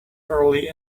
early